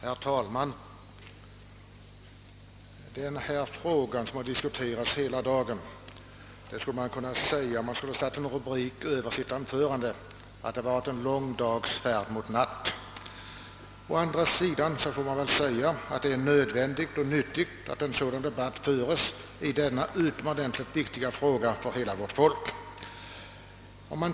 Herr talman! Den diskussion som här förts hela dagen skulle kunna ha som rubrik »Lång dags färd mot natt». Å andra sidan får man väl säga att det är nödvändigt och nyttigt att en sådan debatt förs i denna för hela vårt folk så utomordentligt viktiga fråga.